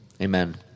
Amen